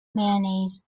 mayonnaise